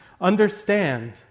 Understand